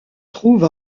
trouve